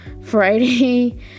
Friday